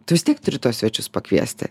tu vis tiek turi tuos svečius pakviesti